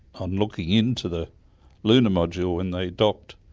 on looking into the lunar module when they docked,